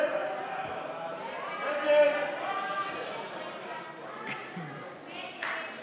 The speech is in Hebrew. ההצעה להסיר מסדר-היום